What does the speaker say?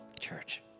church